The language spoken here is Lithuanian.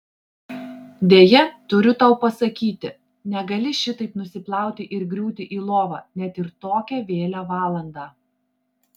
deja turiu tau pasakyti negali šitaip nusiplauti ir griūti į lovą net ir tokią vėlią valandą